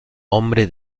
hombre